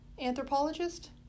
Anthropologist